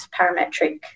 parametric